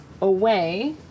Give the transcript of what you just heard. away